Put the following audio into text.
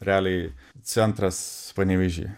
realiai centras panevėžyje